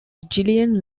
gillian